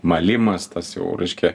malimas tas jau reiškia